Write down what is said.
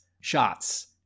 shots